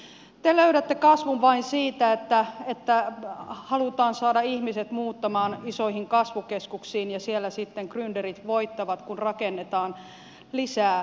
te löydätte kasvun vain siitä että halutaan saada ihmiset muuttamaan isoihin kasvukeskuksiin ja siellä sitten grynderit voittavat kun rakennetaan lisää